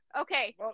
Okay